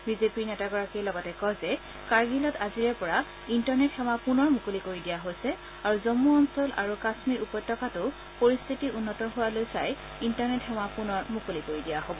বিজেপিৰ নেতাগৰাকীয়ে লগতে কয় যে কাৰ্গিলত আজিৰে পৰা ইণ্টাৰনেট সেৱা পূনৰ মূকলি কৰি দিয়া হৈছে আৰু জম্মু অঞ্চল আৰু কাশ্মীৰ উপত্যকাতো পৰিস্থিতি উন্নত হোৱালৈ চাই ইণ্টাৰনেট সেৱা পুনৰ মুকলি কৰি দিয়া হব